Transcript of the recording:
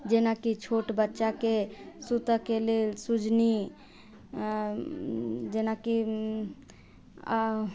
जेनाकि छोट बच्चाके सुतऽके लेल सुजनी जेनाकि